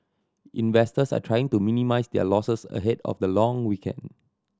investors are trying to minimise their losses ahead of the long weekend